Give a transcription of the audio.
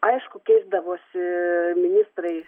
aišku keisdavosi ministrai